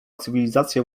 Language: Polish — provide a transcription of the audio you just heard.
cywilizacja